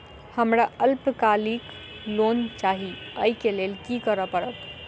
हमरा अल्पकालिक लोन चाहि अई केँ लेल की करऽ पड़त?